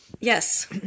Yes